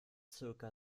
zirka